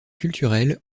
culturels